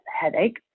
headache